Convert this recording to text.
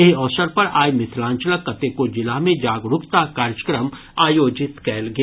एहि अवसर पर आइ मिथिलांचलक कतेको जिला मे जागरूकता कार्यक्रम आयोजित कयल गेल